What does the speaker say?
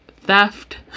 Theft